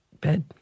bed